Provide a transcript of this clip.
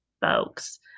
folks